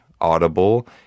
Audible